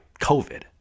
COVID